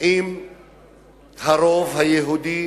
עם הרוב היהודי